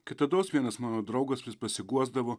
kitados vienas mano draugas vis pasiguosdavo